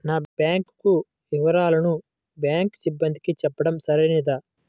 నా బ్యాంకు వివరాలను బ్యాంకు సిబ్బందికి చెప్పడం సరైందేనా?